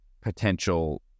potential